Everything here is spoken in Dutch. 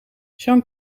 jean